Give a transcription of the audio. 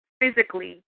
physically